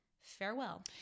farewell